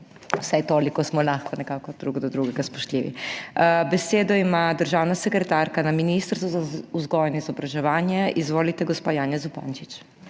vsaj toliko smo lahko nekako drug do drugega spoštljivi. Besedo ima državna sekretarka na Ministrstvu za vzgojo in izobraževanje. Izvolite gospa Janja Zupančič.